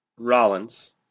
Rollins